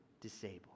disabled